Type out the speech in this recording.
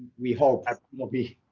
we hope that we'll be.